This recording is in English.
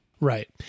Right